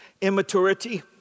immaturity